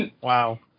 Wow